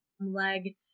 leg